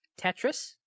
Tetris